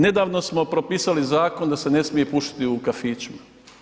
Nedavno smo propisali zakon da se ne smije pušiti u kafićima.